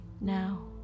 now